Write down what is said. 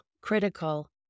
critical